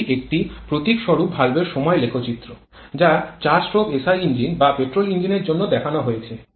এটি একটি প্রতীকস্বরূপ ভালভের সময় লেখচিত্র যা ৪ স্ট্রোক এসআই ইঞ্জিন বা পেট্রোল ইঞ্জিনের জন্য দেখানো হয়েছে